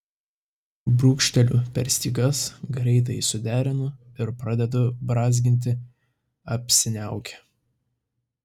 brūkšteliu per stygas greitai suderinu ir pradedu brązginti apsiniaukę